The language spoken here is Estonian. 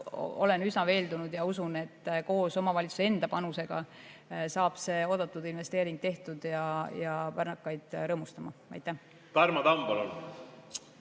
küll üsna veendunud, et koos omavalitsuse enda panusega saab see oodatud investeering tehtud ja pärnakad võivad rõõmustada. Aitäh!